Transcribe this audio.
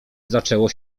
zaczęło